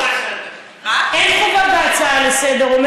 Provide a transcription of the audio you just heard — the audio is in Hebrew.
אין חובה בהצעות לסדר-היום.